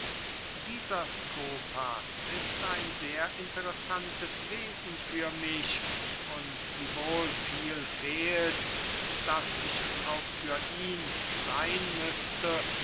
dieser skopas ist ein sehr interessantes wesen für mich und wiewohl viel fehlt daß ich es auch für ihn seyn müßte